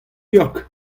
york